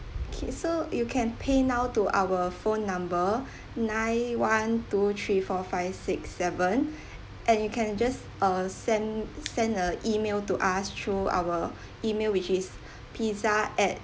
okay so you can paynow to our phone number nine one two three four five six seven and you can just uh send send a email to us through our email which is pizza at